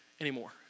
anymore